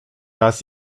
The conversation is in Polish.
raz